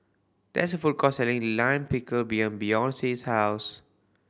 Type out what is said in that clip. there is a food court selling Lime Pickle behind Beyonce's house